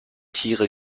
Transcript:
tiere